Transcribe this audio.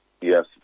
Yes